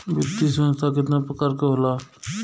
वित्तीय संस्था कितना प्रकार क होला?